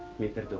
mr